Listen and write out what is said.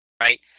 Right